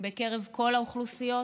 בקרב כל האוכלוסיות.